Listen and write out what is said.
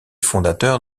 fondateurs